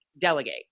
delegate